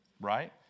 right